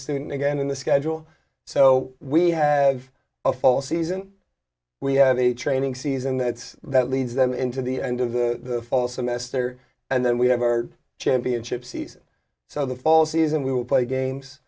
student again in the schedule so we have a fall season we have a training season that's that leads them into the end of the fall semester and then we have our championship season so the fall season we will play games